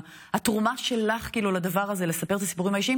על השוטרות, על החיילים,